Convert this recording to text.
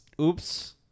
Oops